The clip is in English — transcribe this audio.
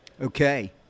okay